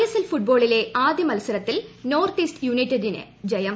S L ഫുട്ബോളിലെ ആദ്യ മത്സരത്തിൽ നോർത്ത് ഈസ്റ്റ് യുണൈറ്റഡിന് ജയം